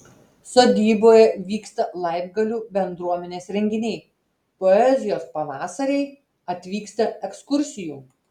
sodyboje vyksta laibgalių bendruomenės renginiai poezijos pavasariai atvyksta ekskursijų